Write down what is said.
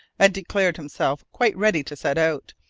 and declared himself quite ready to set out,